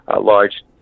large